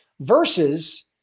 versus